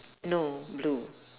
no blue